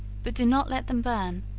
but do not let them burn,